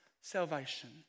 salvation